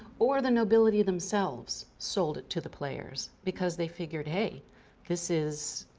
or the nobility themselves sold it to the players because they figured, hey this is,